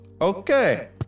okay